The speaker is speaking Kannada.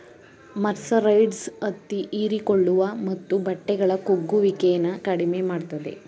ಮರ್ಸರೈಸ್ಡ್ ಹತ್ತಿ ಹೀರಿಕೊಳ್ಳುವ ಮತ್ತು ಬಟ್ಟೆಗಳ ಕುಗ್ಗುವಿಕೆನ ಕಡಿಮೆ ಮಾಡ್ತದೆ